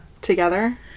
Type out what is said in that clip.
together